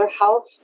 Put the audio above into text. health